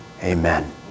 amen